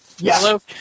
Hello